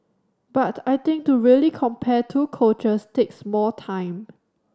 but I think to really compare two coaches takes more time